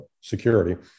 security